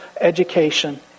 education